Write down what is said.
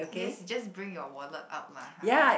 just just bring your wallet out lah !huh!